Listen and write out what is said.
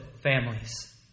families